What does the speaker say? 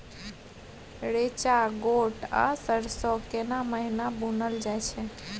रेचा, गोट आ सरसो केना महिना बुनल जाय छै?